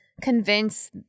convince